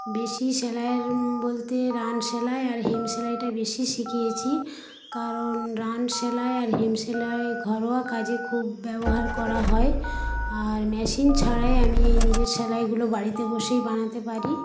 বেশি সেলাইয়ের বলতে রান সেলাই আর হেম সেলাইটা বেশি শিখিয়েছি কারণ রান সেলাই আর হেম সেলাই ঘরোয়া কাজে খুব ব্যবহার করা হয় আর মেশিন ছাড়াই আমি এই নিজের সেলাইগুলো বাড়িতে বসে বানাতে পারি